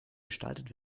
gestaltet